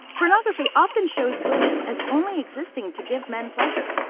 pornography often shows women as only existing to give men pleasure.